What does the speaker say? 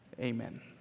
Amen